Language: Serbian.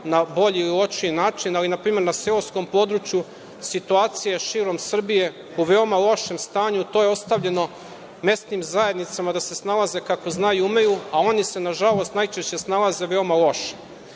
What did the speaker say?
na bolji način ili lošiji način, ali na primer, na seoskom području, situacija širom Srbije je u veoma lošem stanju. To je ostavljeno mesnim zajednicama da se snalaze kako znaju i umeju, a oni se nažalost najčešće snalaze veoma loše. Ono